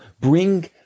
bring